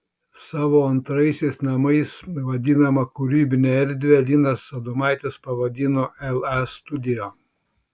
savo antraisiais namais vadinamą kūrybinę erdvę linas adomaitis pavadino la studio